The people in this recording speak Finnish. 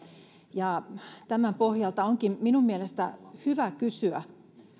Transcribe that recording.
ja tämän pohjalta onkin minun mielestäni hyvä kysyä